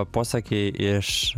posakį iš